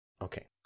Okay